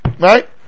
Right